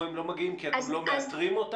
או הם לא מגיעים כי אתם לא מאתרים אותם?